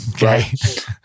Right